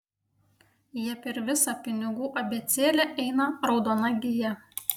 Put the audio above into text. jie per visą pinigų abėcėlę eina raudona gija